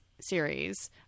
series